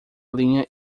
linha